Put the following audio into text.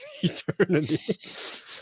eternity